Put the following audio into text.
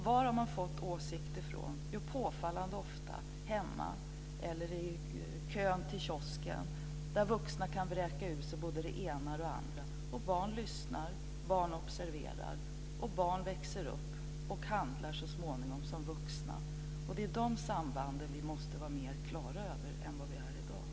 Var har de fått sina åsikter från? Jo, det är påfallande ofta hemma eller i kön till kiosken, där vuxna kan vräka ur sig både det ena och det andra. Barn lyssnar, och barn observerar. Barn växer upp och handlar så småningom som vuxna. Det är de sambanden vi måste vara mer klara över än vad vi är i dag.